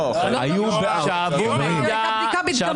זו הייתה בדיקה מדגמית.